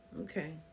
Okay